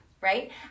right